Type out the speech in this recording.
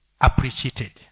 appreciated